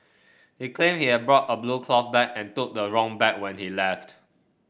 he claimed he had brought a blue cloth bag and took the wrong bag when he left